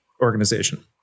organization